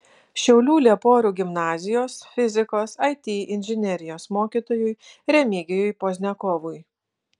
šiaulių lieporių gimnazijos fizikos it inžinerijos mokytojui remigijui pozniakovui